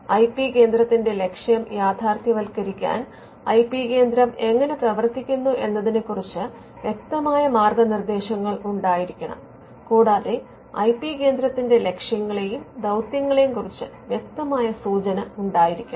I P കേന്ദ്രത്തിന്റെ ലക്ഷ്യം യാഥാർഥ്യവത്കരിക്കാൻ ഐ പി കേന്ദ്രം എങ്ങനെ പ്രവർത്തിക്കുന്നു എന്നതിനെക്കുറിച്ച് വ്യക്തമായ മാർഗ്ഗനിർദ്ദേശങ്ങൾ ഉണ്ടായിരിക്കണം കൂടാതെ ഐ പി കേന്ദ്രത്തിന്റെ ലക്ഷ്യങ്ങളെയും ദൌത്യങ്ങളെയും കുറിച്ച് വ്യക്തമായ സൂചന ഉണ്ടായിരിക്കണം